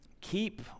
keep